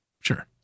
Sure